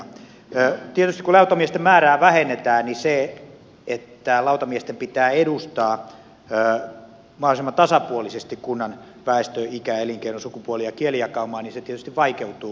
tietysti kun lautamiesten määrää vähennetään niin se että lautamiesten pitää edustaa mahdollisimman tasapuolisesti kunnan väestö ikä elinkeino sukupuoli ja kielijakaumaa tietysti vaikeutuu